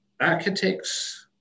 architects